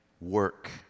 work